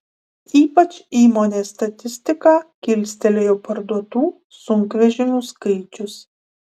ypač įmonės statistiką kilstelėjo parduotų sunkvežimių skaičius